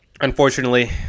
Unfortunately